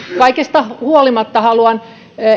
kaikesta huolimatta haluan